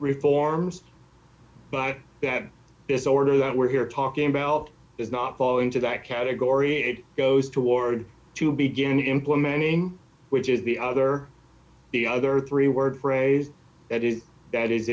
reforms but you have this order that we're here talking about does not fall into that category it goes toward to begin implementing which is the other the other three word phrase that is that is